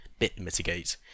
BitMitigate